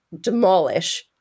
demolish